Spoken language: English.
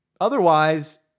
otherwise